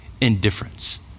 indifference